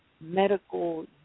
medical